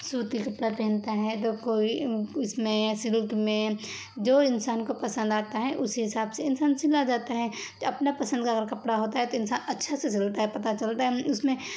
سوتی کپڑا پہنتا ہے تو کوئی اس میں سلک میں جو انسان کو پسند آتا ہے اسی حساب سے انسان سلا جاتا ہے اپنا پسند کا اگر کپڑا ہوتا ہے تو انسان اچھا سے سلتا ہے پتا چلتا ہے اس میں